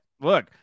look